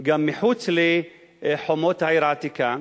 מחוץ לחומות העיר העתיקה.